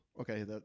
Okay